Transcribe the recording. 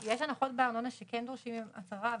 יש הנחות בארנונה שכן דורשים הצהרה.